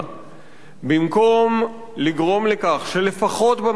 במקום לגרום לכך שלפחות במערכת הציבורית